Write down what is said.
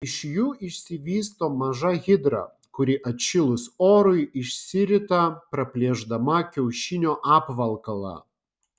iš jų išsivysto maža hidra kuri atšilus orui išsirita praplėšdama kiaušinio apvalkalą